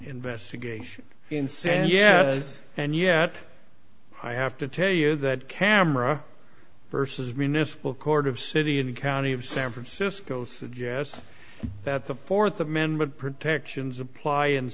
investigation and said yes and yet i have to tell you that camera versus municipal court of city and county of san francisco suggests that the fourth amendment protections apply in